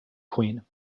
queen